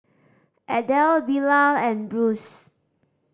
Adel Bilal and Bruce